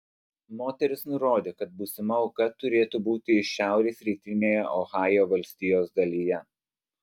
moteris nurodė kad būsima auka turėtų būti iš šiaurės rytinėje ohajo valstijos dalyje